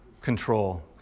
Control